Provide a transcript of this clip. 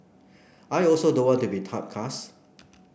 I also don't want to be typecast